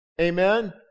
amen